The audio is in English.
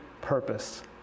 purpose